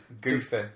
Goofy